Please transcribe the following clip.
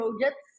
projects